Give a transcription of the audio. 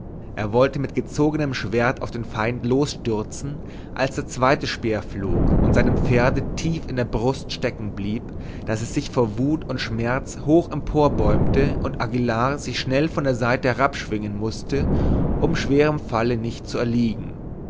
er wollte mit gezogenem schwert auf den feind losstürzen als der zweite speer flog und seinem pferde tief in der brust stecken blieb daß es sich vor wut und schmerz hoch emporbäumte und aguillar sich schnell von der seite herabschwingen mußte um schwerem falle nicht zu erliegen